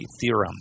Theorem